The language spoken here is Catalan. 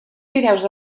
fideus